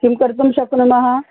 किं कर्तुं शक्नुमः